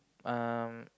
um